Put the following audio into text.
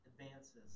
advances